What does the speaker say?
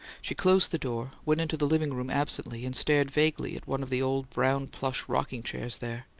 she closed the door, went into the living-room absently, and stared vaguely at one of the old brown-plush rocking-chairs there.